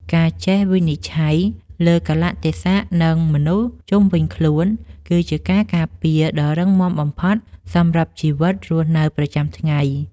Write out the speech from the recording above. ការចេះវិនិច្ឆ័យលើកាលៈទេសៈនិងមនុស្សជុំវិញខ្លួនគឺជាការការពារដ៏រឹងមាំបំផុតសម្រាប់ជីវិតរស់នៅប្រចាំថ្ងៃ។